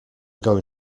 going